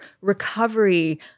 recovery